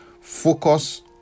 Focus